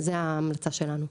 זו ההמלצה שלנו.